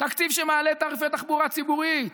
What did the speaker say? תקציב שמעלה תעריפי תחבורה ציבורית,